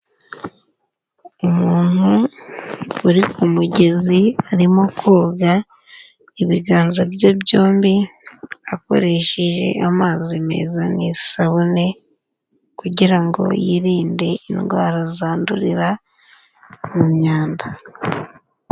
Umuntu uri ku mugezi arimo koga ibiganza bye byombi, akoresheje amazi meza n'isabune kugira ngo yirinde indwara zandurira mu myanda.